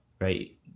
Right